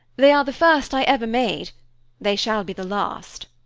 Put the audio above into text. they are the first i ever made they shall be the last.